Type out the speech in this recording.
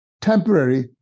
temporary